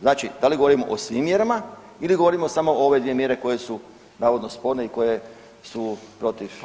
Znači da li govorimo o svim mjerama ili govorimo samo o ove dvije mjere koje su navodno sporne i koje su protiv slobode.